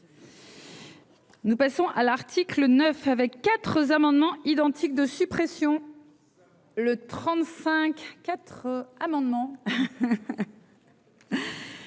Nous passons à l'article 9 avec 4 amendements identiques de suppression le 35 4 amendements.